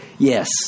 Yes